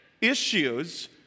issues